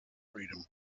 freedom